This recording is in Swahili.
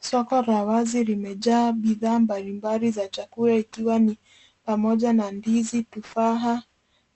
Soko la wazi limejaa bidhaa mbalimbali za chakula ikiwa ni pamoja na ndizi, tofaha,